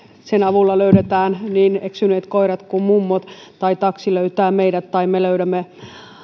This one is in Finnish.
sen avulla löydetään niin eksyneet koirat kuin mummot tai taksi löytää meidät tai me löydämme